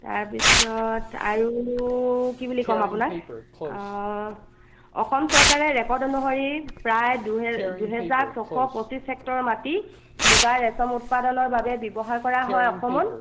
তাৰপিছত আৰু বোলো কি বুলি ক'ম আপোনাক অসম চৰকাৰে ৰেকৰ্ড অনুসৰি প্ৰায় দুহে দুহেজাৰ ছশ পঁচিশ হেক্টৰ মাটি মুগা ৰেছম উৎপাদনৰ বাবে ব্যৱহাৰ কৰা হয় অসমত